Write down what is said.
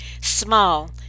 Small